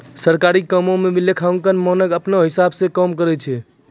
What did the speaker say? सरकारी कामो म भी लेखांकन मानक अपनौ हिसाब स काम करय छै